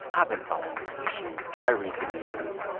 i've been following this issue. i read the news.